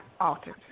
altered